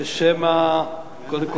קודם כול,